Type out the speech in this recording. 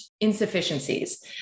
insufficiencies